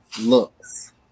looks